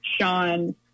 Sean